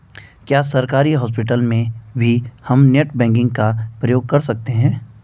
क्या सरकारी हॉस्पिटल में भी हम नेट बैंकिंग का प्रयोग कर सकते हैं?